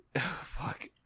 Fuck